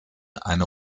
eine